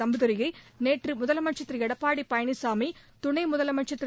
தம்பிதுரையை நேற்று முதலமைச்சர் திரு எடப்பாடி பழனிசாமி துணை முதலமைச்சர் திரு